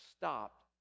stopped